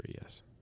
yes